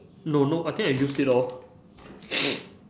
no no I think I used it all